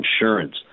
insurance